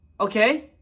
okay